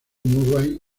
murray